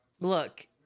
Look